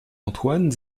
antoine